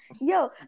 Yo